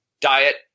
diet